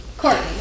Courtney